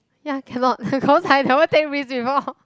ya cannot because I never take risk before